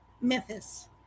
Memphis